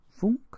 Funk